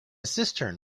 cistern